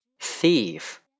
Thief